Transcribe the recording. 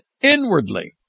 inwardly